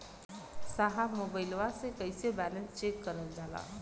साहब मोबइलवा से कईसे बैलेंस चेक करल जाला?